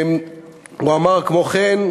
כמו כן,